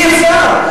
אי-אפשר.